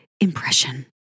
impression